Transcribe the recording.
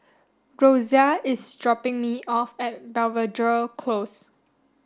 Rosia is dropping me off at Belvedere Close